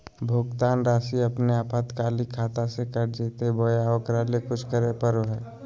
भुक्तान रासि अपने आपातकालीन खाता से कट जैतैय बोया ओकरा ले कुछ करे परो है?